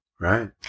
Right